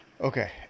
Okay